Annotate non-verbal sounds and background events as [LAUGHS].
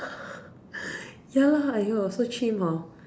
[LAUGHS] ya lah !aiyo! so chim hor